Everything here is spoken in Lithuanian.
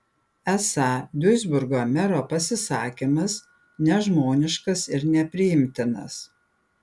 esą duisburgo mero pasisakymas nežmoniškas ir nepriimtinas